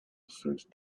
filled